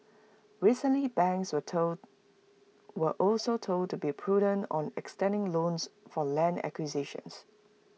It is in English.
recently banks were told were also told to be prudent on extending loans for land acquisitions